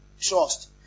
Trust